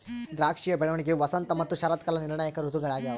ದ್ರಾಕ್ಷಿಯ ಬೆಳವಣಿಗೆಯು ವಸಂತ ಮತ್ತು ಶರತ್ಕಾಲ ನಿರ್ಣಾಯಕ ಋತುಗಳಾಗ್ಯವ